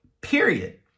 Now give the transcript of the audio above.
period